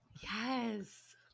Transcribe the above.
Yes